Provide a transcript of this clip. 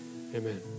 amen